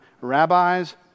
rabbis